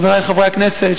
חברי חברי הכנסת,